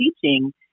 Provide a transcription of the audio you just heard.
teaching